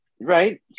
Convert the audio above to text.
Right